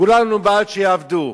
כולנו בעד שיעבדו.